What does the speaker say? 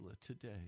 today